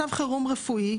מצב חירום רפואי,